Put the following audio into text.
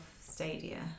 Stadia